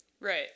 Right